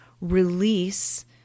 release